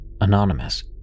Anonymous